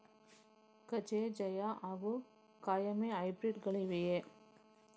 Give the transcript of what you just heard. ಕಜೆ ಜಯ ಹಾಗೂ ಕಾಯಮೆ ಹೈಬ್ರಿಡ್ ಗಳಿವೆಯೇ?